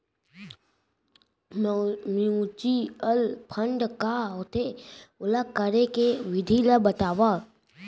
mutual fund का होथे, ओला करे के विधि ला बतावव